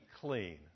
clean